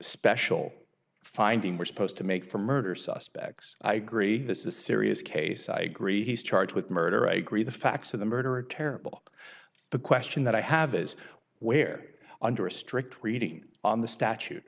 special finding we're supposed to make for murder suspects i agree this is a serious case i agree he's charged with murder i agree the facts of the murder a terrible the question that i have is where under a strict reading on the statute